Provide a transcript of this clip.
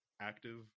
Active